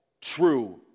true